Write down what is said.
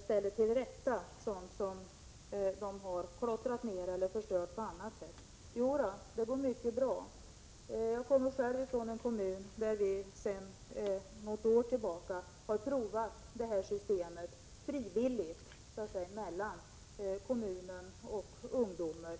ställa till rätta sådant som de har klottrat ner eller förstört på annat sätt. Jo, det går mycket bra. Jag kommer själv från en kommun där vi sedan något år tillbaka har provat detta system, frivilligt mellan kommunen och ungdomar.